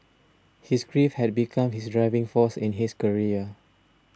his grief had become his driving force in his career